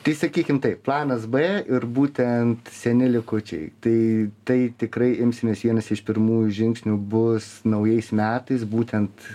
tai sakykim taip planas b ir būtent seni likučiai tai tai tikrai imsimės vienas iš pirmųjų žingsnių bus naujais metais būtent